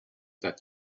that